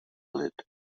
lid